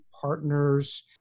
partners